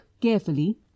carefully